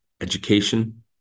education